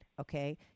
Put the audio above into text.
okay